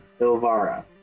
Ilvara